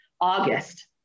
August